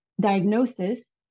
diagnosis